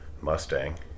Mustang